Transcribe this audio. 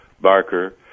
Barker